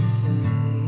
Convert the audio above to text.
say